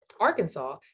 Arkansas